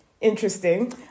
interesting